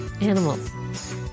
animals